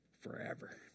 forever